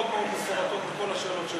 מאוד מפורטות על כל השאלות שהפנינו.